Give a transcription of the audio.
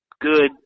good